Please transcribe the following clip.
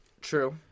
True